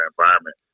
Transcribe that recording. environment